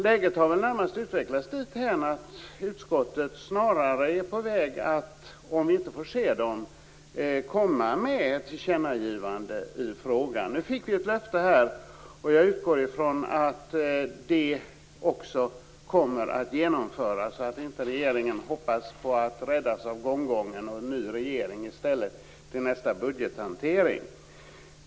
Läget har väl närmast utvecklats dithän att utskottet är på väg att, om vi inte får se detta, komma med ett tillkännagivande i frågan. Nu fick vi ett löfte, och jag utgår från att det också kommer att genomföras och att inte regeringen hoppas på att räddas av gonggongen och en ny regering till nästa budgethantering.